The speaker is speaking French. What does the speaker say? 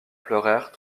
pleurèrent